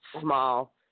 small